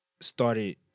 started